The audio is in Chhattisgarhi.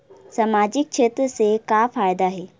सामजिक क्षेत्र से का फ़ायदा हे?